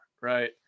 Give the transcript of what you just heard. right